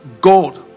God